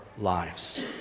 lives